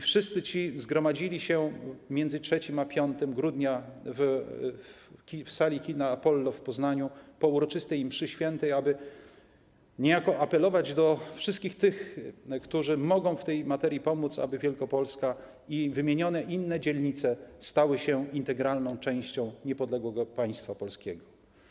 Wszyscy oni zgromadzili się między 3 a 5 grudnia w sali kina Apollo w Poznaniu po uroczystej mszy świętej, aby niejako apelować do wszystkich tych, którzy mogą w tej materii pomóc, aby Wielkopolska i inne wymienione dzielnice stały się integralną częścią niepodległego państwa polskiego.